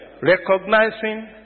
Recognizing